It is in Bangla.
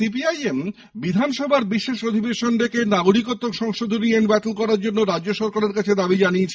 সিপিআইএম বিধানসভার বিশেষ অধিবেশন ডেকে নাগরিকত্ব সংশোধনী আইন বাতিল করার জন্য রাজ্য সরকারের কাছে দাবি জানিয়েছে